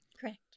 correct